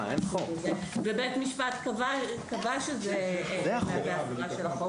מהסוג הזה ובית המשפט קבע שזה מהווה הפרה של החוק.